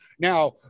Now